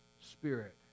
spirit